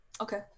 Okay